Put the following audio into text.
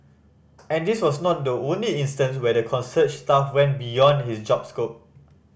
and this was not the only instance where the concierge staff went beyond his job scope